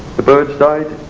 the birds died,